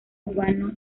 urbano